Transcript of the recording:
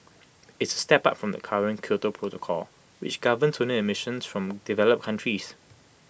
IT is A step up from the current Kyoto protocol which governs only emissions from developed countries